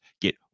get